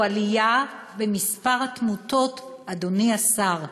הוא עלייה בתמותה, אדוני השר.